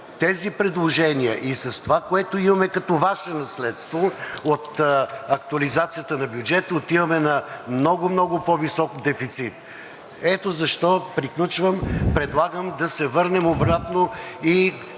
тези предложения и с това, което имаме като Ваше наследство от актуализацията на бюджета, отиваме на много, много по-висок дефицит. Ето защо, приключвам, предлагам да се върнем обратно и